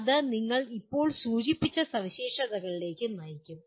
അത് ഞങ്ങൾ ഇപ്പോൾ സൂചിപ്പിച്ച സവിശേഷതകളിലേക്ക് നയിക്കും